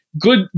good